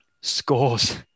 Scores